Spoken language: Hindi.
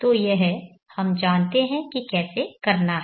तो यह हम जानते हैं कि कैसे करना है